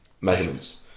measurements